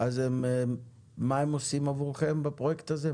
אז מה הם עושים עבורכם בפרויקט הזה,